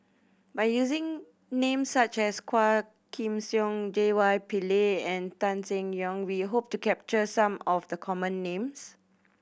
by using names such as Quah Kim Song J Y Pillay and Tan Seng Yong we hope to capture some of the common names